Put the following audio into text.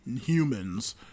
humans